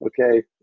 okay